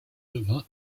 devint